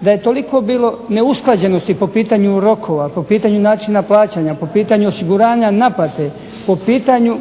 da je toliko bilo neusklađenosti po pitanju rokova, po pitanju načina plaćanja, po pitanju osiguranja naplate, po pitanju